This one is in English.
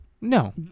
No